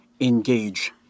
engage